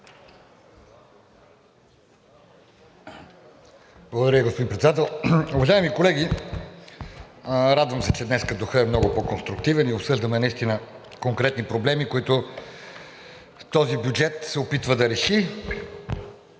Благодаря, господин Председател.